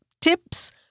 Tip's